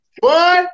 Boy